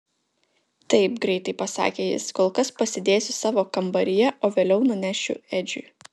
taip greitai pasakė jis kol kas pasidėsiu savo kambaryje o vėliau nunešiu edžiui